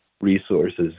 resources